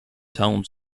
tone